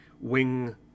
wing